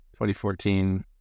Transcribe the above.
2014